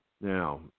Now